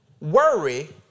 Worry